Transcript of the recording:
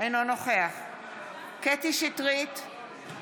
אינו נוכח קטי קטרין שטרית,